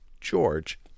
George